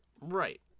right